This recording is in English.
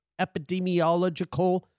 epidemiological